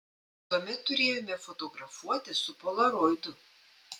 tuomet turėjome fotografuoti su polaroidu